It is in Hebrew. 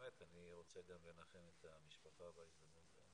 ובאמת אני רוצה גם לנחם את המשפחה בהזדמנות הזאת.